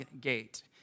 gate